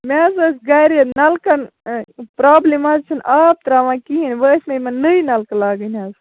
مےٚ حظ ٲس گَرِ نَلکَن پرٛابلِم یِم حظ چھِنہٕ آب ترٛاوان کِہیٖنٛۍ وۅنۍ ٲسۍ مےٚ یِمَن نٔے نَلکہٕ لاگٕنۍ حظ